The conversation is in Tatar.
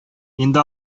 инде